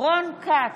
רון כץ,